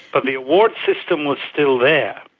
but the award system was still there.